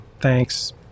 thanks